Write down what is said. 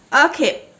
okay